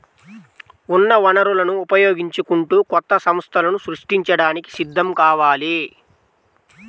ఉన్న వనరులను ఉపయోగించుకుంటూ కొత్త సంస్థలను సృష్టించడానికి సిద్ధం కావాలి